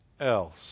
Else